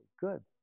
good